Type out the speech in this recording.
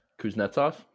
Kuznetsov